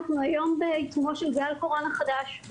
אנחנו היום בעיצומו של גל קורונה חדש,